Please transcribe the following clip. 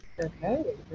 Okay